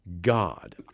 God